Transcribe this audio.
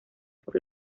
por